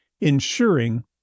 ensuring